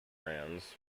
brands